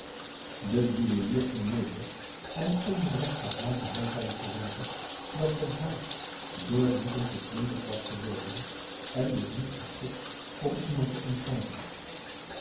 de juwelier ging mede en onderweg verhaalde hij zijn geleider dat zijn huis door dieven geplunderd was geworden en dus niet geschikt om iemand daar te ontvangen